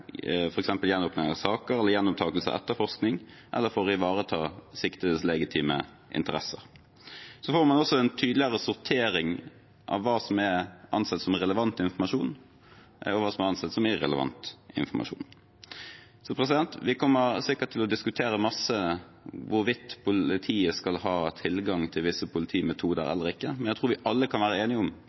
ved gjenåpning av saker, ved gjenopptakelse av etterforskning eller for å ivareta siktedes legitime interesser. Så får man også en tydeligere sortering av hva som er ansett som relevant informasjon, og hva som er ansett som irrelevant informasjon. Vi kommer sikkert til å diskutere masse hvorvidt politiet skal ha tilgang til visse politimetoder eller ikke, men jeg tror vi alle kan være enige om